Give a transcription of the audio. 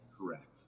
Correct